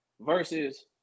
versus